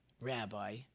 rabbi